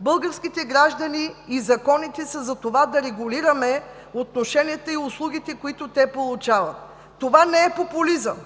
Българските граждани и законите са за това – да регулираме отношенията и услугите, които те получават. Това не е популизъм